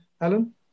Alan